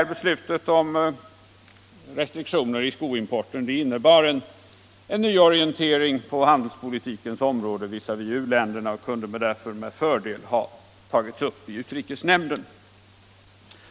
Beslutet om restriktioner i skoimporten innebar en nyorientering på handelspolitikens område visavi u-länderna och kunde därför med fördel ha tagits upp i utrikesnämnden.